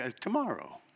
tomorrow